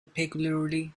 peculiarly